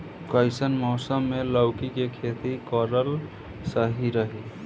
कइसन मौसम मे लौकी के खेती करल सही रही?